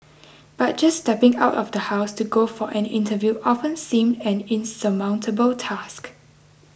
but just stepping out of the house to go for an interview often seemed an insurmountable task